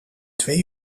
twee